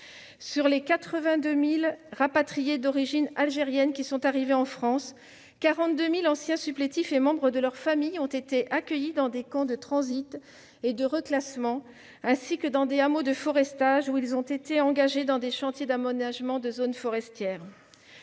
Sur les 82 000 rapatriés d'origine algérienne qui sont arrivés en France, 42 000 anciens supplétifs et membres de leurs familles ont été accueillis dans des camps de transit et de reclassement, ainsi que dans des hameaux de forestage, où ils ont été engagés sur des chantiers d'aménagement de zones forestières.